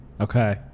Okay